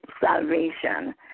salvation